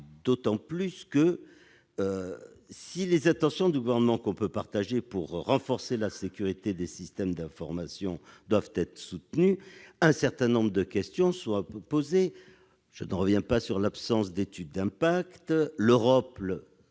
d'autant que, si les intentions du Gouvernement, que nous pouvons partager, pour renforcer la sécurité des systèmes d'information doivent être soutenues, un certain nombre de questions se posent. Je ne reviens pas sur l'absence d'étude d'impact. En outre,